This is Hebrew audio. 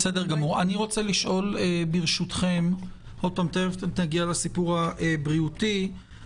תכף נגיע לסיפור הבריאותי.